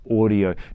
Audio